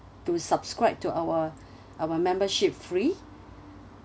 to subscribe to our our membership free